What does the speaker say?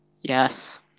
Yes